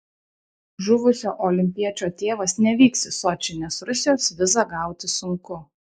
žuvusio olimpiečio tėvas nevyks į sočį nes rusijos vizą gauti sunku